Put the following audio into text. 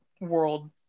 world